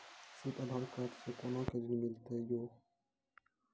सिर्फ आधार कार्ड से कोना के ऋण मिलते यो?